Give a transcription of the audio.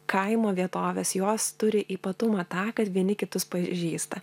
kaimo vietovės jos turi ypatumą tą kad vieni kitus pažįsta